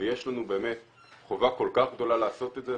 ויש לנו באמת חובה כל כך גדולה לעשות את זה.